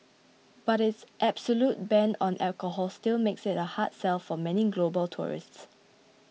but its absolute ban on alcohol still makes it a hard sell for many global tourists